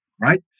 right